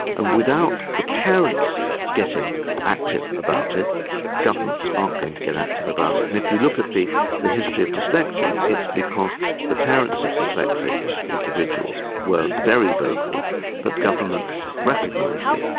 and without the parents getting active about it governments aren't going to get active about it. and if you look at the the history of dyslexia it's because the parents of dyslexic individuals were very vocal that governments governments recognised it.